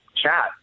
chat